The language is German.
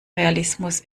realismus